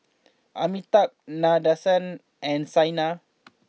Amitabh Nadesan and Saina